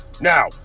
Now